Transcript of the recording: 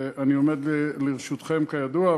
אני עומד לרשותכם כידוע,